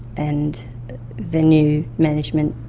and the new management